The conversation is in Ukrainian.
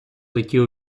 летів